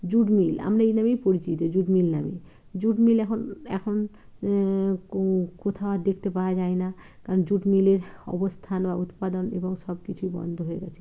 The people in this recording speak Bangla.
জুট মিল আমরা এই নামেই পরিচিত জুট মিল নামে জুট মিল এখন এখন কোথা আর দেখতে পাওয়া যায় না কারণ জুট মিলের অবস্থান ও উৎপাদন এবং সব কিছুই বন্ধ হয়ে গেছে